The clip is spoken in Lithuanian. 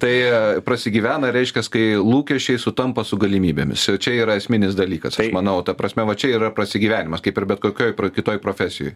tai prasigyvena reiškias kai lūkesčiai sutampa su galimybėmis čia yra esminis dalykas aš manau ta prasme va čia yra prasigyvenimas kaip ir bet kokioj kitoj profesijoj